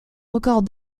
record